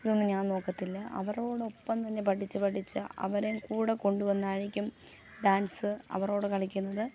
ഇതൊന്നും ഞാൻ നോക്കത്തില്ല അവരോടൊപ്പം തന്നെ പഠിച്ച് പഠിച്ച് അവരെ കൂടെ കൊണ്ട് വന്നായിരിക്കും ഡാൻസ് അവരോട് കളിക്കുന്നത്